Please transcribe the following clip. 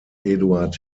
eduard